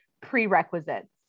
prerequisites